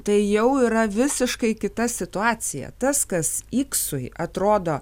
tai jau yra visiškai kita situacija tas kas iksui atrodo